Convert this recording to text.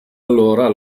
allora